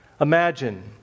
Imagine